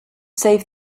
save